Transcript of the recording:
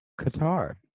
Qatar